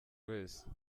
wese